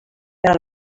per